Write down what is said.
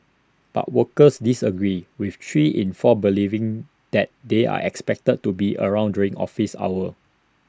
but workers disagreed with three in four believing that they are expected to be around during office hours